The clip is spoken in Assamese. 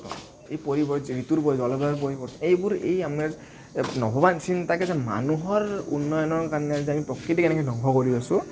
এই ঋতুৰ পৰিৱৰ্তন জলবায়ুৰ পৰিৱৰ্তন এইবোৰ এই নভৱা নিচিন্তাকে যে মানুহৰ উন্নয়নৰ কাৰণে যে আমি প্ৰকৃতি আমি ধ্বংস কৰি আছোঁ